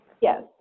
Yes